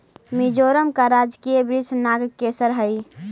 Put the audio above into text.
मिजोरम का राजकीय वृक्ष नागकेसर हई